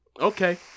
Okay